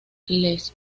les